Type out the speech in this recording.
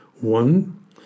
One